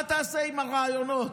מה תעשה עם הרעיונות?